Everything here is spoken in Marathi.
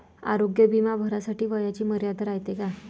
आरोग्य बिमा भरासाठी वयाची मर्यादा रायते काय?